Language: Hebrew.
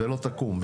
ולא תקום,